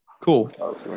Cool